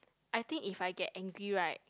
I think if I get angry right